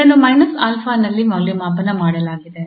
ಇದನ್ನು −𝛼 ನಲ್ಲಿ ಮೌಲ್ಯಮಾಪನ ಮಾಡಲಾಗಿದೆ